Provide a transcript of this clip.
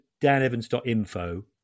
danevans.info